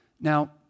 Now